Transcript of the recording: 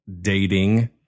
dating